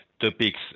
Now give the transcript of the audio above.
topics